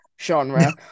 genre